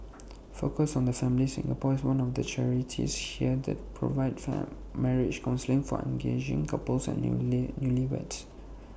focus on the family Singapore is one of the charities here that provide marriage counselling for engaged couples and new lee newlyweds